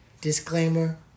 Disclaimer